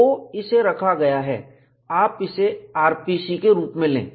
o इसे रखा गया है आप इसे rpc के रूप में लें